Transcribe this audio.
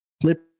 clip